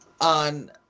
on